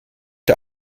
der